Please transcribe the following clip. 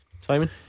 Simon